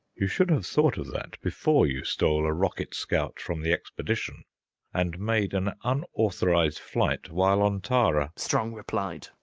you should have thought of that before you stole a rocket scout from the expedition and made an unauthorized flight while on tara, strong replied.